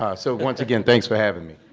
ah so once again, thanks for having me.